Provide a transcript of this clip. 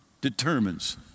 determines